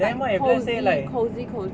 then what if let's say like